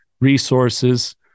resources